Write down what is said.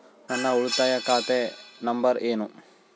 ನನ್ನ ಉಳಿತಾಯ ಖಾತೆ ನಂಬರ್ ಏನು?